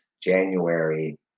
January